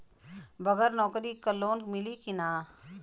बगर नौकरी क लोन मिली कि ना?